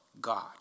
God